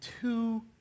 two